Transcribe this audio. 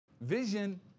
Vision